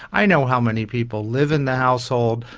i know how many people live in the household,